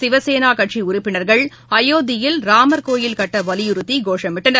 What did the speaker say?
சிவசேனாகட்சிடறப்பினர்கள் அயோத்தியில் ராமர்கோயில் கட்டவலியுறுத்திகோஷமிட்டனர்